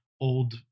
old